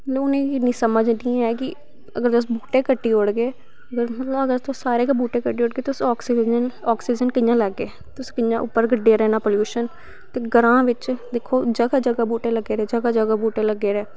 उनेंगी इन्नी समझ नी ऐ कि अगर तुस बूह्टे कट्टी ओड़गे अगर तुस सारे गै बूह्टे कट्टी ओड़गे आक्सीज़न कियां लैग्गे तुस कियां उप्पर कड्डे दा पलूशन ते ग्रांऽ बिच्च दिक्खो जगा जगा बूह्टे लग्गे दे जगा जगा बूह्टे लग्गे दे